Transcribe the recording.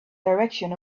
direction